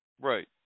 right